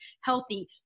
healthy